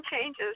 changes